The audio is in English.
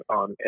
on